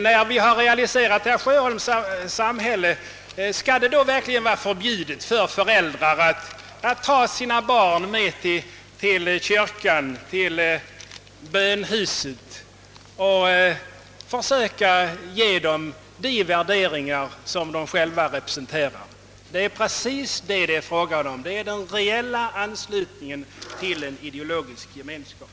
När vi har realiserat herr Sjöholms samhälle, skall det då vara förbjudet för föräldrar att ta sina barn med till kyrkan eller till bönhuset och att ge dem de kristna värderingarna? Detta är precis vad som utgör den reella anslutningen till ideologisk gemenskap.